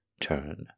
turn